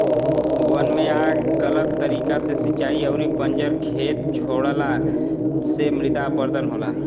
वन में आग गलत तरीका से सिंचाई अउरी बंजर खेत छोड़ला से मृदा अपरदन होला